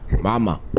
Mama